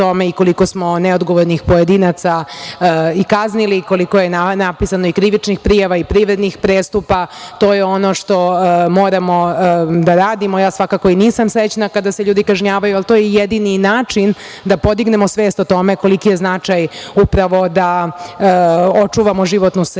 i koliko smo neodgovornih pojedinaca i kaznili i koliko je napisano i krivičnih prijava i privrednih prestupa. To je ono što moramo da radimo. Ja svakako i nisam srećna kada se ljudi kažnjavaju, ali to je jedini način da podignemo svest o tome koliki je značaj upravo da očuvamo životnu sredinu. Ono